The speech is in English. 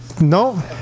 No